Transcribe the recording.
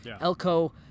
Elko